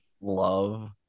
love